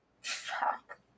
Fuck